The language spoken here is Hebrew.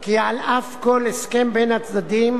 כי על אף כל הסכם בין הצדדים,